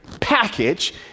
package